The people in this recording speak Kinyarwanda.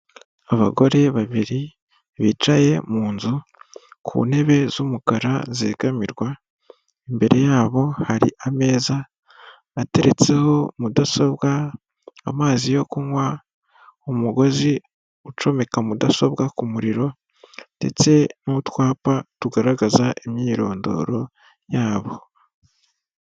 Abagore babiri bicaye mu nzu ku ntebe z'umukara zegamirwa imbere yabo hari ameza bateretseho mudasobwa amazi yo kunywa, umugozi ucomeka mudasobwa ku muriro ndetse n'utwapa tugaragaza imyirondoro yabo.